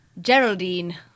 Geraldine